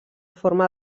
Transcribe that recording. forma